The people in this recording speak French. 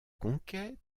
conquête